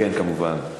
כן, כמובן.